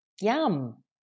Yum